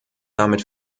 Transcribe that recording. damit